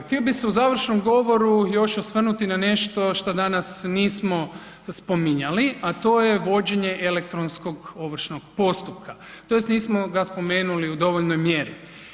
Htio bi se u završnom govoru još osvrnuti na nešto što danas nismo spominjali, a to je vođenje elektronskog ovršnog postupka, tj. nismo ga spomenuli u dovoljnoj mjeri.